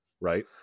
right